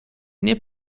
nie